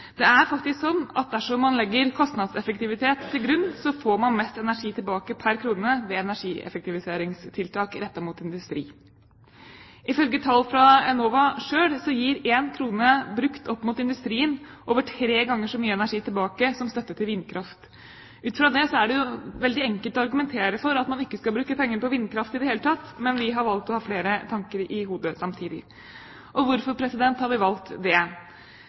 Det er faktisk slik at dersom man legger kostnadseffektivitet til grunn, får man mest energi tilbake pr. krone ved energieffektiviseringstiltak rettet mot industrien. Ifølge tall fra Enova selv gir en krone brukt opp mot industrien over tre ganger så mye energi tilbake som støtte til vindkraft. Ut fra det er det veldig enkelt å argumentere for at man ikke skal bruke penger på vindkraft i det hele tatt, men vi har valgt å ha flere tanker i hodet samtidig. Hvorfor har vi valgt